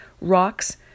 rocks